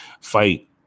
fight